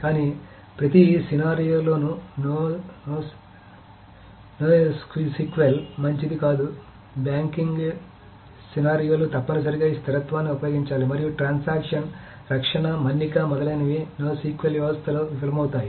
కానీ ప్రతి సినరియో లోనూ నోస్క్యూఎల్ మంచిది కాదు బ్యాంకింగ్ సినరియోలు తప్పనిసరిగా ఈ స్థిరత్వాన్ని ఉపయోగించాలి మరియు ట్రాన్సాక్షన్ రక్షణ మన్నిక మొదలైనవి NoSQL వ్యవస్థలో విఫలమవుతాయి